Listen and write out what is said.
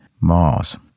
Mars